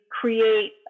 create